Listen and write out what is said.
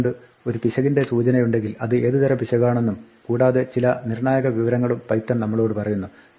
അതുകൊണ്ട് ഒരു പിശകിന്റെ സൂചനയുണ്ടെങ്കിൽ അത് ഏത് തരം പിശകാണെന്നും കൂടാതെ ചില നിർണ്ണായക വിവരങ്ങളും പൈത്തൺ നമ്മളോട് പറയുന്നു